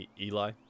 Eli